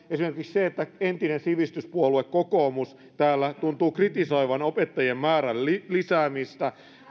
esimerkiksi se että entinen sivistyspuolue kokoomus täällä tuntuu kritisoivan opettajien määrän lisäämistä